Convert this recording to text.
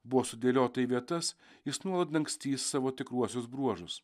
buvo sudėliota į vietas jis nuolat dangstys savo tikruosius bruožus